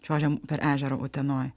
čiuožėm per ežerą utenoj